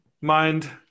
mind